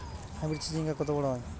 Hybrid চিচিংঙ্গা কত বড় হয়?